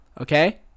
Okay